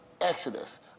exodus